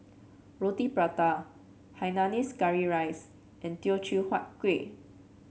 Roti Prata Hainanese Curry Rice and Teochew Huat Kueh